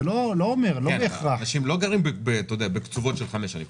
אני לא אומר לא בהכרח --- אנשים לא גרים בקצובות של 5 שנים,